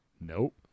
Nope